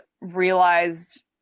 realized